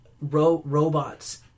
robots